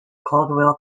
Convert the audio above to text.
caldwell